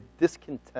discontent